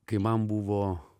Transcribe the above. kai man buvo